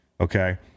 okay